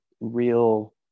real